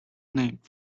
named